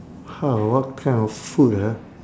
!huh! what kind of food ah